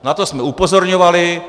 Na to jsme upozorňovali.